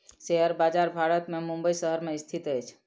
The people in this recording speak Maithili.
शेयर बजार भारत के मुंबई शहर में स्थित अछि